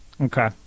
Okay